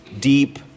deep